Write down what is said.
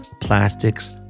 plastics